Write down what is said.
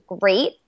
great